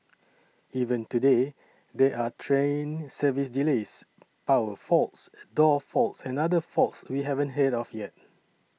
even today there are train service delays power faults door faults and other faults we haven't heard of yet